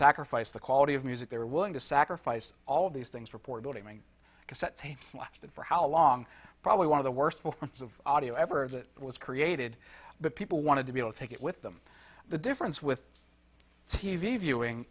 sacrifice the quality of music they were willing to sacrifice all these things reporting cassette tape lasted for how long probably one of the worst moments of audio ever that was created but people wanted to be able to take it with them the difference with t v viewing